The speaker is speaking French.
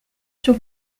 sur